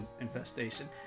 infestation